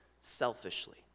selfishly